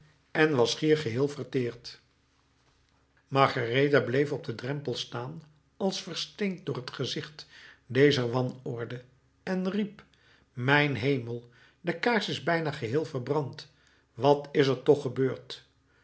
en was schier geheel verteerd margaretha bleef op den drempel staan als versteend door t gezicht dezer wanorde en riep mijn hemel de kaars is bijna geheel verbrand wat is er toch gebeurd